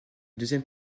deuxième